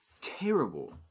terrible